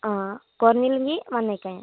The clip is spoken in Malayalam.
അ കുറഞ്ഞില്ലെങ്കിൽ വന്നേക്കാം ഞാൻ